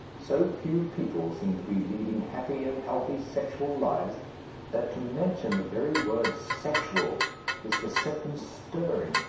so few people seem to be leading happy and healthy sexual lives that to mention the very word sexual is to set them stirring,